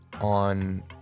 on